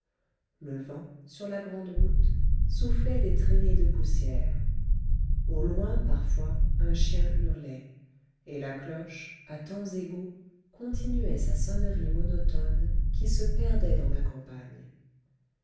le vent sur la grande route soufflait des traînées de poussière au loin parfois un chien hurlait et la cloche à temps égaux continuait sa sonnerie monotone qui se perdait dans la campagne